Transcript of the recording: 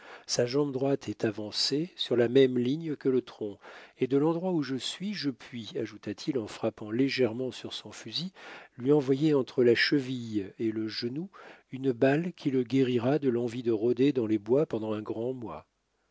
sa jambe droite est avancée sur la même ligne que le tronc et de l'endroit où je suis je puis ajouta-t-il en frappant légèrement sur son fusil lui envoyer entre la cheville et le genou une balle qui le guérira de l'envie de rôder dans les bois pendant un grand mois